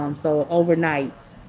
um so overnight,